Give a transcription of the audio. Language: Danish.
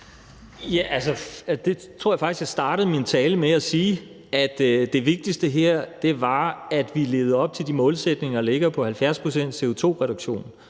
jeg startede min tale med at sige, altså at det vigtigste her var, at vi levede op til de målsætninger om 70 pct.s CO2-reduktion,